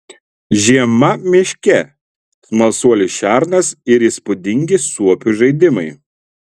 žiema miške smalsuolis šernas ir įspūdingi suopių žaidimai